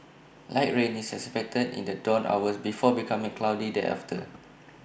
light rain is expected in the dawn hours before becoming cloudy thereafter